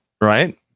Right